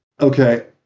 Okay